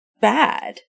bad